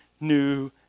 new